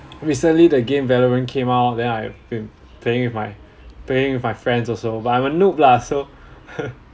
recently the game valorant came out then I've been playing with my playing with my friends also but I'm a noob lah so